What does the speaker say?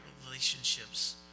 relationships